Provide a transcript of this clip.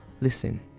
Listen